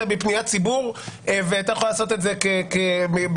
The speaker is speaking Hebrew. מפניית ציבור והייתה יכולה לעשות את זה ביוזמה,